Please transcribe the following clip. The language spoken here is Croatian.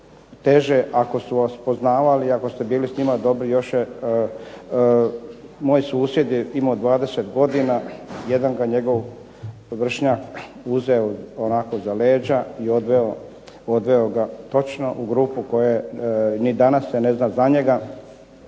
teže ako su vas poznavali, ako ste bili s njima dobri još je, moj susjed je imao 20 godina, jedan ga njegov vršnjak uzeo, onako za leđa i odveo ga točno u grupu koja ni danas se ne zna za njega.